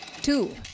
two